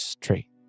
tree